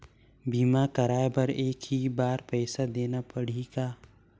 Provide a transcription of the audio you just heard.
बीमा कराय बर एक ही बार पईसा देना पड़ही का?